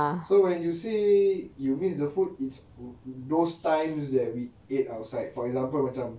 so when you say you miss the food it's those times that we ate outside for example macam